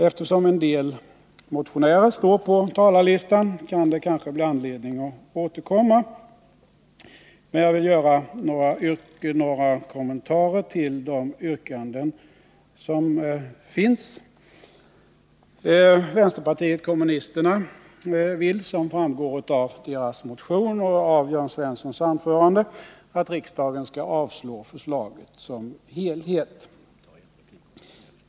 Eftersom en del motionärer står på talarlistan kan det kanske bli anledning att återkomma. Men jag vill göra några kommentarer till de yrkanden som finns. Vänsterpartiet kommunisterna vill, som framgår av deras motion och av Jörn Svenssons anförande, att riksdagen skall avslå förslaget i dess helhet.